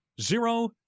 zero